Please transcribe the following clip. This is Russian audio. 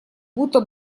будто